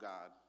God